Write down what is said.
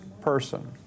person